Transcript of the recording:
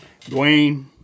Dwayne